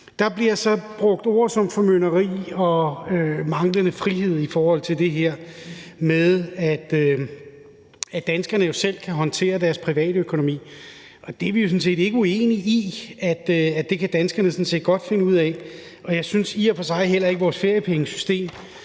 Der bliver brugt ord som formynderi og manglende frihed, og der bliver sagt, at danskerne jo selv kan håndtere deres privatøkonomi. Og vi er sådan set ikke uenige i, at det kan danskerne godt finde ud af, og jeg synes i og for sig heller ikke, at vores feriepengesystem